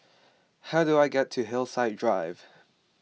how do I get to Hillside Drive